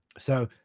so,